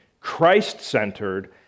Christ-centered